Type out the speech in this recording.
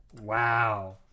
Wow